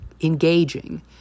engaging